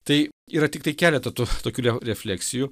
tai yra tiktai keletą tų tokių refleksijų